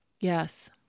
Yes